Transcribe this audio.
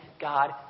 God